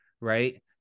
right